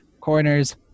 corners